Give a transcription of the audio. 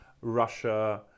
Russia